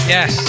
Yes